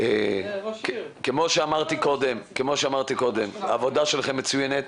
כמו שאמרתי קודם, העבודה שלכם מצוינת,